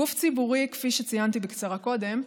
גוף ציבורי, כפי שציינתי בקצרה קודם,